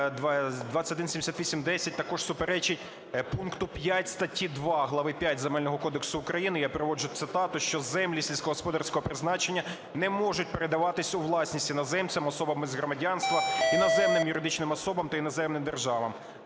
2178-10 також суперечить пункту 5 статті 2 глави V Земельного кодексу України. Я приводжу цитату, що "землі сільськогосподарського призначення не можуть передаватись у власність іноземцям, особам без громадянства, іноземним юридичним особам та іноземним державам".